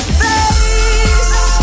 face